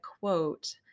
quote